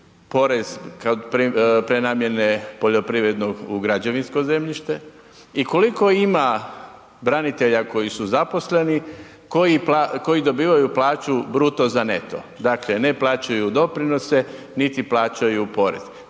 porez prenamjene poljoprivrednog u građevinsko zemljište i koliko ima branitelja koji su zaposleni koji dobivaju plaću bruto za neto? Dakle ne plaćaju doprinose niti plaćaju porez.